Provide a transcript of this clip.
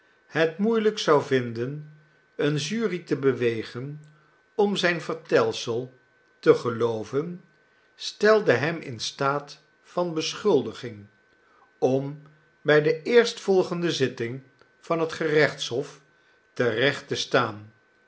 het moeielijk zou vinden eene jury te bewegen om zijn vertelsel te gelooven stelde hem in staat van beschuldiging om bij de eerstvolgende zitting van het gerechtshof te recht te staan